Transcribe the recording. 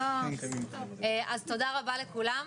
אז תודה רבה לכולם.